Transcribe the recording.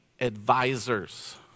advisors